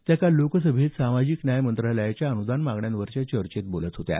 त्या काल लोकसभेत सामाजिक न्याय मंत्रालयाच्या अन्दान मागण्यांवरच्या चर्चेत बोलत होत्या